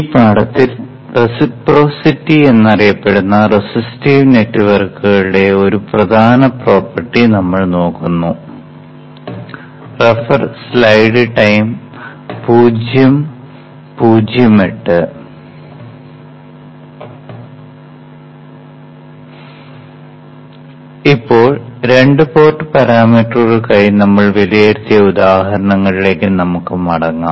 ഈ പാഠത്തിൽ റെസിപ്രോസിറ്റി എന്നറിയപ്പെടുന്ന റെസിസ്റ്റീവ് നെറ്റ്വർക്കുകളുടെ ഒരു പ്രധാന പ്രോപ്പർട്ടി നമ്മൾ നോക്കുന്നു ഇപ്പോൾ രണ്ട് പോർട്ട് പാരാമീറ്ററുകൾക്കായി നമ്മൾ വിലയിരുത്തിയ ഉദാഹരണങ്ങളിലേക്ക് നമുക്ക് മടങ്ങാം